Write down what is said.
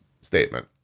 statement